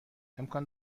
امکان